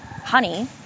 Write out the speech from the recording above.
honey